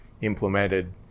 implemented